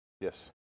Yes